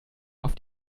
auf